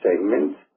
segments